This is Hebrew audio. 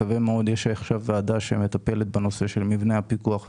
יש עכשיו ועדה שמטפלת בנושא של מבנה הפיקוח וכולי,